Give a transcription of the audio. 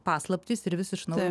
paslapty s ir vis iš naujo